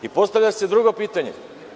Postavlja se drugo pitanje.